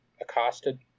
accosted